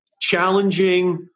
challenging